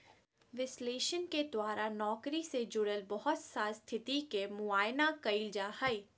विश्लेषण के द्वारा नौकरी से जुड़ल बहुत सा स्थिति के मुआयना कइल जा हइ